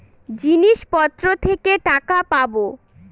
জিনিসপত্র থেকে টাকা পাবো